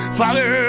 father